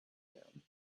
down